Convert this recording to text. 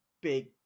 big